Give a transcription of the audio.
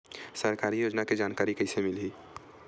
सरकारी योजना के जानकारी कइसे मिलही?